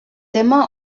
tema